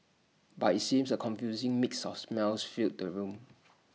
but IT seems A confusing mix of smells filled the room